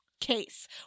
case